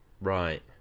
Right